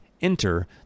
enter